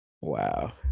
Wow